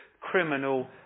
criminal